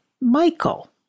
Michael